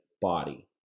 body